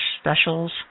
specials